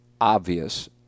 obvious